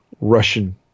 Russian